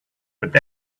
but